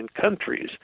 countries